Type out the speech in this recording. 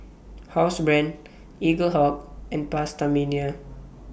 Housebrand Eaglehawk and PastaMania